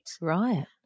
right